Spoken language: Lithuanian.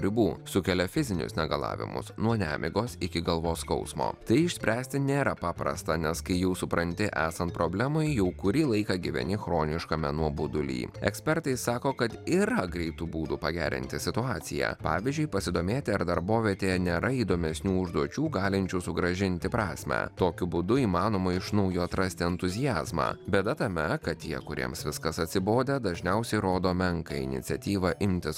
ribų sukelia fizinius negalavimus nuo nemigos iki galvos skausmo tai išspręsti nėra paprasta nes kai jau supranti esant problemai jau kurį laiką gyveni chroniškame nuoboduly ekspertai sako kad yra greitų būdų pagerinti situaciją pavyzdžiui pasidomėti ar darbovietėje nėra įdomesnių užduočių galinčių sugrąžinti prasmę tokiu būdu įmanoma iš naujo atrasti entuziazmą bėda tame kad tie kuriems viskas atsibodę dažniausiai rodo menką iniciatyvą imtis